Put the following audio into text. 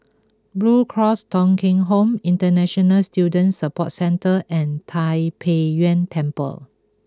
Blue Cross Thong Kheng Home International Student Support Centre and Tai Pei Yuen Temple